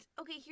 okay